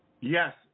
Yes